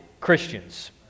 Christians